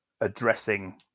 addressing